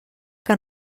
que